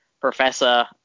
professor